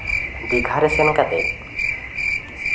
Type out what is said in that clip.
ᱫᱤᱜᱷᱟ ᱨᱮ ᱥᱮᱱ ᱠᱟᱛᱮ